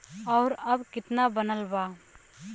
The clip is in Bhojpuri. और अब कितना बनल बा?